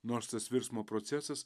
nors tas virsmo procesas